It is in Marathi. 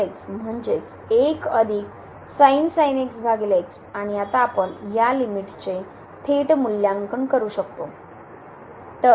तर आपल्याकडे म्हणजे आणि आता आपण या लिमिटचे थेट मूल्यांकन करू शकतो तर